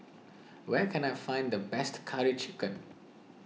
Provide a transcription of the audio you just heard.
where can I find the best Curry Chicken